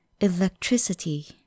electricity